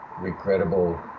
regrettable